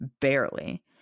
Barely